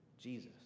Jesus